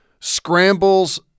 scrambles